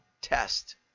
test